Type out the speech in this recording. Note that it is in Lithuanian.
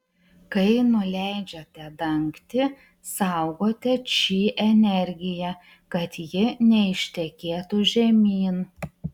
kai nuleidžiate dangtį saugote či energiją kad ji neištekėtų žemyn